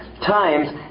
times